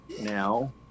now